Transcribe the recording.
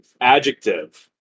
Adjective